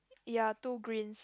ya two greens